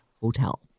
Hotel